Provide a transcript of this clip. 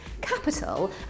capital